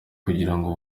kugirango